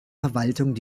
verwaltung